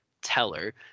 teller